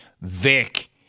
Vic